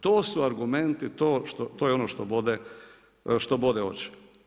To su argumenti, to je ono što bode oči.